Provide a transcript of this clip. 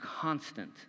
constant